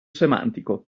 semantico